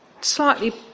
slightly